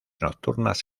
nocturnas